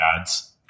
ads